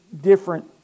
different